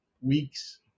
weeks